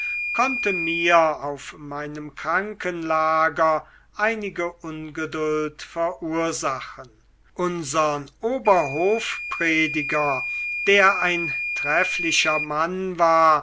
konnte mir auf meinem krankenlager einige ungeduld verursachen unsern oberhofprediger der ein trefflicher mann war